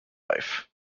life